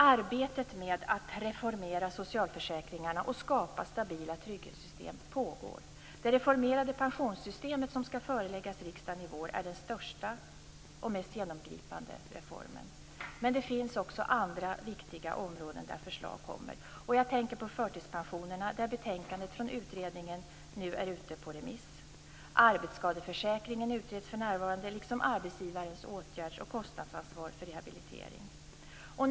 Arbetet med att reformera socialförsäkringarna och skapa stabila trygghetssystem pågår. Det reformerade pensionssystemet som skall föreläggas riksdagen i vår är den största och mest genomgripande reformen. Men det finns också andra viktiga områden där förslag kommer. Jag tänker på förtidspensionerna där betänkandet från utredningen nu är ute på remiss. Arbetsskadeförsäkringen utreds för närvarande liksom arbetsgivares åtgärds och kostnadsansvar för rehabilitering.